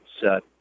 set